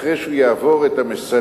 אחרי שהוא יעבור את המסננת,